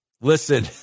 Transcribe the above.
Listen